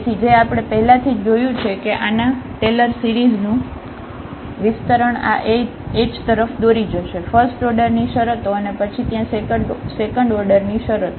તેથી જે આપણે પહેલાથી જ જોયું છે કે આના ટેલર સિરીઝનું વિસ્તરણ આ એચ તરફ દોરી જશે ફસ્ટઓર્ડરની શરતો અને પછી ત્યાં સેકન્ડ ઓર્ડર ની શરતો